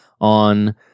on